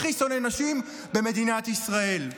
הכי שונא נשים במדינת ישראל.